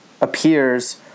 appears